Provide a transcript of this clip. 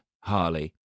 Harley